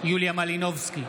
מלינובסקי,